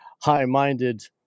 high-minded